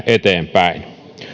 eteenpäin